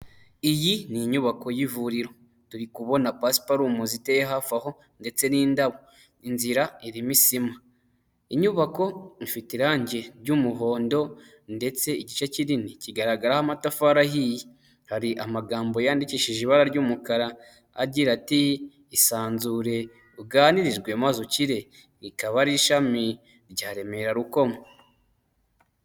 Iyi ni inyubako y'ivuriro; turi kubona pasiparumu ziteye hafi aho ndetse n'indabo, inzira irimo isima, inyubako ifite irangi ry'umuhondo ndetse igice kinini kigaragaraho amatafari ahiye, hari amagambo yandikishije ibara ry'umukara agira ati "isanzure uganirijwe maze ukire" ikaba ari ishami rya Remera Rukoma.